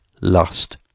Lust